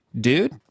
dude